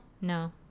No